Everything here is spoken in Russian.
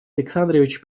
александрович